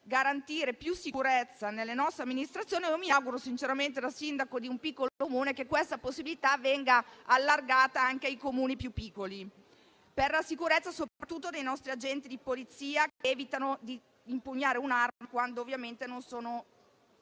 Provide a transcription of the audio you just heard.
garantire maggiore sicurezza nelle nostre amministrazioni. Mi auguro sinceramente, da sindaco di un piccolo Comune, che questa possibilità venga allargata anche ai Comuni più piccoli, per la sicurezza soprattutto dei nostri agenti di polizia che evitano di impugnare un'arma quando non sono